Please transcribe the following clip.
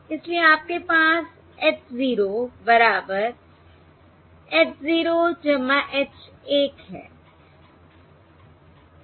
इसलिए आपके पास H 0 बराबर h 0 h 1 है